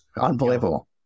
Unbelievable